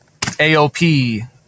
AOP